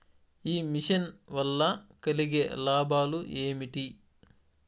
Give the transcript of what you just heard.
ఈ మిషన్ వల్ల కలిగే లాభాలు ఏమిటి?